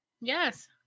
Yes